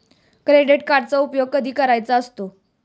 Credit कार्डचा उपयोग कधी करायचा असतो?